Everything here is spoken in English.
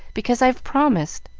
because i've promised.